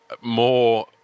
more